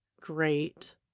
great